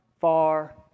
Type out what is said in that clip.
far